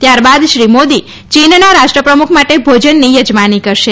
ત્યારબાદ શ્રી મોદી ચીનના રાષ્ટ્રપ્રમુખ માટે ભોજનની યજમાની કરશે